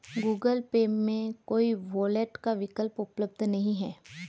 Google Pay में कोई wallet का विकल्प उपलब्ध नहीं है